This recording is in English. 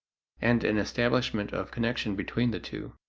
and an establishment of connection between the two.